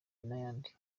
n’ayandi